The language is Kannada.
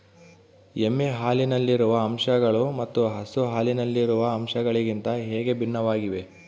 ಎಮ್ಮೆ ಹಾಲಿನಲ್ಲಿರುವ ಅಂಶಗಳು ಮತ್ತು ಹಸು ಹಾಲಿನಲ್ಲಿರುವ ಅಂಶಗಳಿಗಿಂತ ಹೇಗೆ ಭಿನ್ನವಾಗಿವೆ?